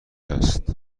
است